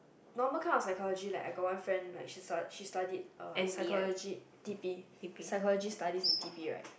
normal kind of psychology like I got one friend like she a she studied uh psychology T_P psychology studies in T_P right